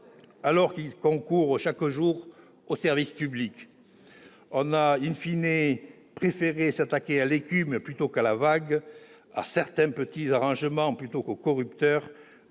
alors qu'ils concourent chaque jour au service public ! On a préféré s'attaquer à l'écume plutôt qu'à la vague, à certains petits arrangements plutôt qu'aux corrupteurs,